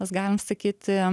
mes galim sakyti